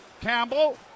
Campbell